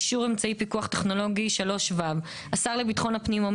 אישור אמצעי פיקוח טכנולוגי 3ו. השר לביטחון הפנים או